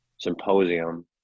symposium